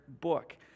book